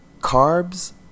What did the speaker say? Carbs